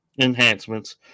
enhancements